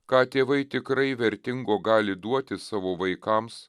ką tėvai tikrai vertingo gali duoti savo vaikams